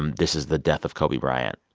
um this is the death of kobe bryant.